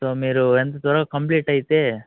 so మీరు ఎంత త్వరగా కంప్లీట్ అయితే